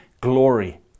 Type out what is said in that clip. glory